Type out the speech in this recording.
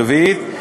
רביעית,